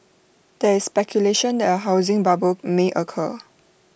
there is speculation that A housing bubble may occur